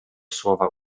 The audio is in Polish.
słowa